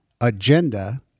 agenda